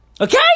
Okay